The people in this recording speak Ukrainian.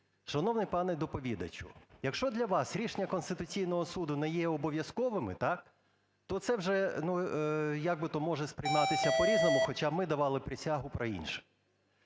Шановний пане доповідачу, якщо для вас рішення Конституційного Суду не є обов'язковими, то це вже може сприйматися по-різному, хоча ми давали присягу про інше.